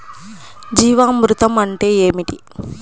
జీవామృతం అంటే ఏమిటి?